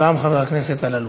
והיא